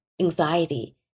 anxiety